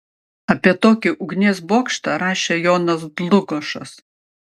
apie tokį ugnies bokštą rašė jonas dlugošas